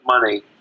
money